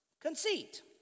conceit